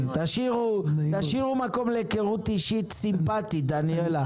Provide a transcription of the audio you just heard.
תשאירו מקום להיכרות אישית סימפטית, דניאלה.